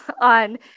on